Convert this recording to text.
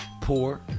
Poor